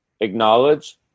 acknowledge